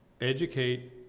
educate